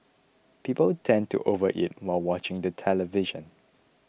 people tend to overeat while watching the television